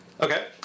Okay